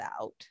out